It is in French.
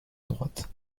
droite